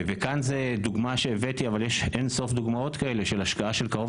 וכאן זה דוגמה שהבאתי אבל יש אין-סוף דוגמאות כאלה של השקעה של קרוב